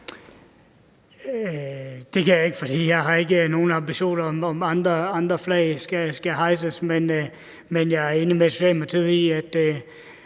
Det kan jeg ikke, for jeg har ikke nogen ambition om, at andre flag skal hejses, men jeg er enig med Socialdemokratiet i,